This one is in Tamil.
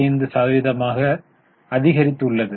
45 சதவீதமாக அதிகரித்துள்ளது